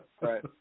right